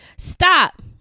stop